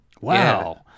wow